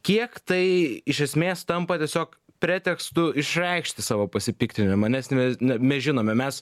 kiek tai iš esmės tampa tiesiog pretekstu išreikšti savo pasipiktinimą nes mes mes žinome mes